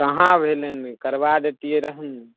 कहाँ आबैत हइ लाइनमे करबा दतियै रहऽ ने